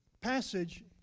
passage